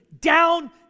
down